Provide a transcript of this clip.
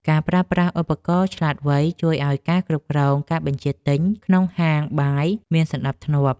ការប្រើប្រាស់ឧបករណ៍ឆ្លាតវៃ ជួយឱ្យការគ្រប់គ្រងការបញ្ជាទិញក្នុងហាងបាយមានសណ្ដាប់ធ្នាប់។